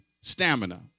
stamina